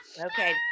Okay